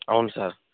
అవును సార్